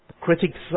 critics